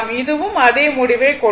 இதுவும் அதே முடிவை கொடுக்கும்